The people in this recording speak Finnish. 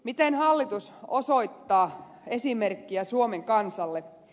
miten hallitus osoittaa esimerkkiä suomen kansalle